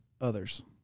others